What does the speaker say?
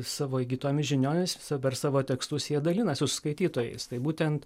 savo įgytomis žiniomis su per savo tekstus jie dalinasi su skaitytojais tai būtent